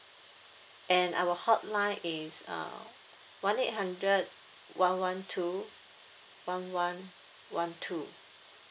and our hotline is uh one eight hundred one one two one one one two